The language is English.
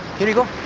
here you go.